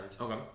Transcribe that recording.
Okay